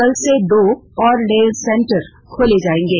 कल से दो और नए सेंटर खोले जाएंगे